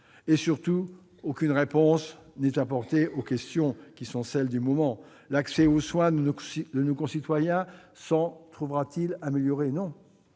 ... Surtout, aucune réponse n'est apportée aux questions du moment. L'accès aux soins de nos concitoyens s'en trouvera-t-il amélioré ? Non.